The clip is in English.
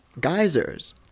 Geysers